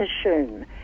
assume